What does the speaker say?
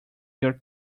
your